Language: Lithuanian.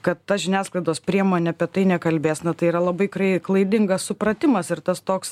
kad ta žiniasklaidos priemonė apie tai nekalbės na tai yra labai klaidingas supratimas ir tas toks